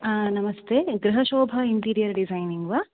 नमस्ते Grihshobha interior designing वा